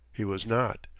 he was not,